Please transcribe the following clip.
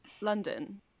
London